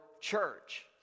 church